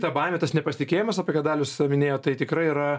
ta baimė tas nepasitikėjimas apie ką dalius minėjo tai tikrai yra